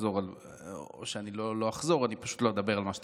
אני פשוט לא אדבר על מה שתכננתי לדבר.